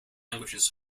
languages